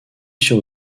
sur